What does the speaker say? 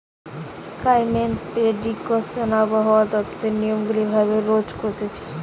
climate prediction আবহাওয়া দপ্তর নিয়মিত ভাবে রোজ করতিছে